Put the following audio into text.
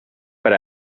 per